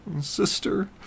sister